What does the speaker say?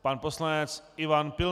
Pan poslanec Ivan Pilný.